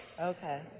Okay